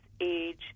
age